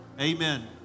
Amen